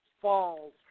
Falls